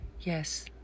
Yes